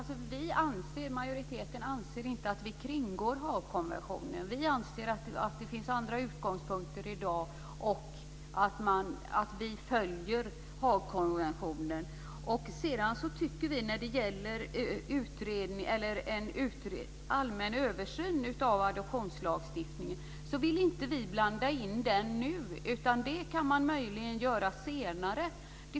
Herr talman! Majoriteten anser inte att vi kringgår Haagkonventionen. Vi anser att det finns andra utgångspunkter i dag och att vi följer Haagkonventionen. Sedan vill vi inte nu blanda in en allmän översyn av adoptionslagstiftningen, utan det kan man möjligen göra senare.